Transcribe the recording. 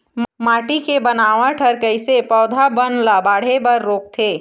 माटी के बनावट हर कइसे पौधा बन ला बाढ़े बर रोकथे?